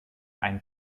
einen